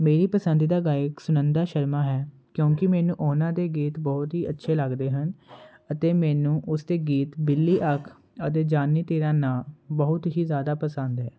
ਮੇਰੀ ਪਸੰਦੀਦਾ ਗਾਇਕ ਸੁਨੰਦਾ ਸ਼ਰਮਾ ਹੈ ਕਿਉਂਕਿ ਮੈਨੂੰ ਉਹਨਾਂ ਦੇ ਗੀਤ ਬਹੁਤ ਹੀ ਅੱਛੇ ਲੱਗਦੇ ਹਨ ਅਤੇ ਮੈਨੂੰ ਉਸ ਦੇ ਗੀਤ ਬਿੱਲੀ ਅੱਖ ਅਤੇ ਜਾਨੀ ਤੇਰਾ ਨਾਂ ਬਹੁਤ ਹੀ ਜ਼ਿਆਦਾ ਪਸੰਦ ਹੈ